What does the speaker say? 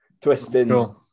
twisting